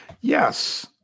Yes